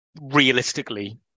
realistically